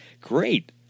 Great